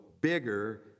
bigger